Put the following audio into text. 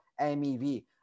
MEV